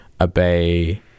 obey